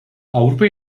avrupa